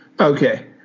Okay